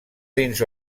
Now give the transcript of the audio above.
dins